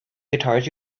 guitars